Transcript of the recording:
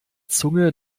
zunge